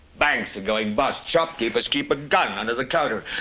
banks are going bust. shopkeepers keep a gun under the counter.